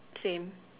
same